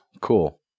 Cool